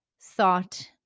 thought